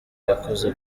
yakoze